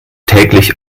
täglich